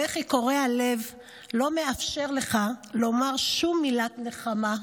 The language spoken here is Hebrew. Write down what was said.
הבכי קורע הלב לא מאפשר לך לומר שום מילת נחמה,